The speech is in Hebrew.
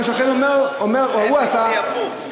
והשכן אומר, אצלי זה הפוך.